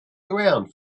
around